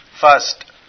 First